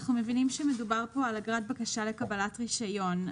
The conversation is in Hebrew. אנחנו מבינים שמדובר כאן על אגרת בקשה לקבלת רישיון.